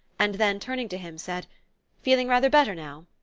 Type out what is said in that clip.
and then, turning to him, said feeling rather better now?